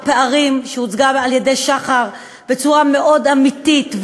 בפערים שהוצגו על-ידי שחר בצורה מאוד אמיתית ועניינית,